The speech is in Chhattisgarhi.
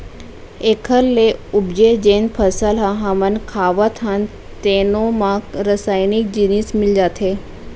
एखर ले उपजे जेन फसल ल हमन खावत हन तेनो म रसइनिक जिनिस मिल जाथे